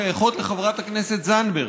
שייכות לחברת הכנסת זנדברג.